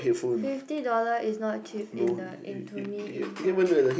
fifty dollar is not cheap in the in to me is not cheap